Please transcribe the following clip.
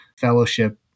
fellowship